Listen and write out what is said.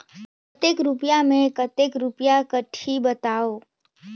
कतेक रुपिया मे कतेक रुपिया कटही बताव?